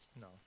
No